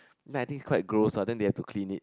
then I think it's quite gross ah then they have to clean it